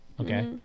okay